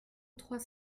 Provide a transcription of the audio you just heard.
trois